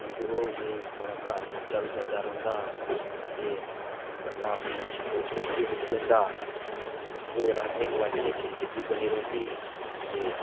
ठीक रौह्ग अह् साढ़ा घर खर्चा चलदा रौंह्दा ते बंदा अपनी अच्छी पोस्ट पर बी पुज्जी जंदा होर आंढी गुआढियें च इज्जत बी बनी दी रौंह्दी ते